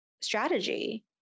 strategy